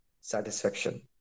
Satisfaction